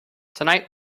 tonight